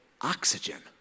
oxygen